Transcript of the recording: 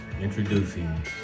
introducing